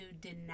deny